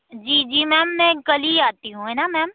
जी जी मैम मैं कल ही आती हूँ है ना मैम